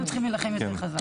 היינו צריכים להילחם יותר חזק.